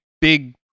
big